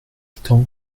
temps